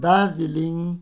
Darjeeling